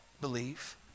Believe